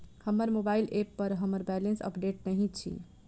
हमर mobile app पर हमर बैलेंस अपडेट नहि अछि